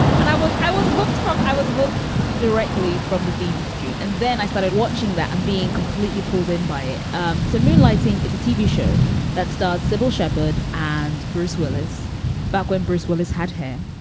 and i was i was hooked i was hooked directly from the theme tune. and then i started watching that and being completely pulled in by um the moonlighting is a tv show that starred cybill shepherd and bruce willis back when bruce willis had her